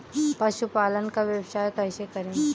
पशुपालन का व्यवसाय कैसे करें?